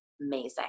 amazing